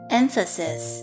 emphasis